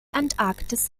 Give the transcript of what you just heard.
antarktis